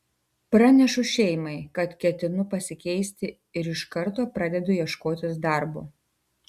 pranešu šeimai kad ketinu pasikeisti ir iš karto pradedu ieškotis darbo